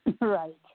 Right